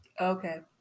Okay